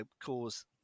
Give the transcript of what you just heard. cause